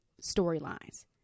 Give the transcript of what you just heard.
storylines